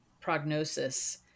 prognosis